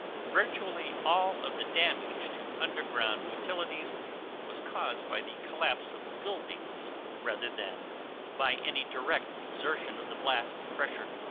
virtually all of the damage to underground utilities was caused by the collapse of buildings rather than by any direct exertion of the blast pressure.